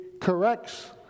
corrects